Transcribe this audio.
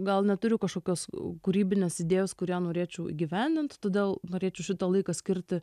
gal neturiu kažkokios kūrybinės idėjos kurią norėčiau įgyvendint todėl norėčiau šitą laiką skirti